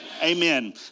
Amen